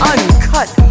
Uncut